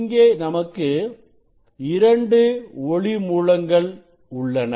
இங்கே நமக்கு 2 ஒளி மூலங்கள் உள்ளன